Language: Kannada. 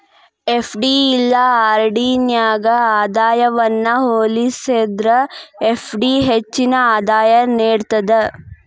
ಎಫ್.ಡಿ ಇಲ್ಲಾ ಆರ್.ಡಿ ನ್ಯಾಗ ಆದಾಯವನ್ನ ಹೋಲಿಸೇದ್ರ ಎಫ್.ಡಿ ಹೆಚ್ಚಿನ ಆದಾಯ ನೇಡ್ತದ